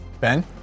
Ben